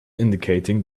indicating